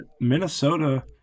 Minnesota